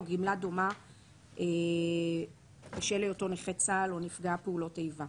גמלה דומה בשל היותו נכה צה"ל או נפגע פעולות איבה,